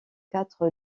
quatre